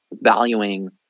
valuing